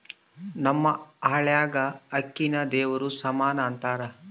ನಮ್ಮ ಹಳ್ಯಾಗ ಅಕ್ಕಿನ ದೇವರ ಸಮಾನ ಅಂತಾರ